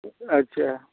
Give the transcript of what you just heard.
अच्छा